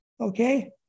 Okay